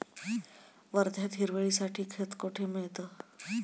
वर्ध्यात हिरवळीसाठी खत कोठे मिळतं?